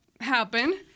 happen